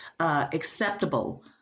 acceptable